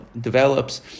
develops